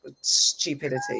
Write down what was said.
stupidity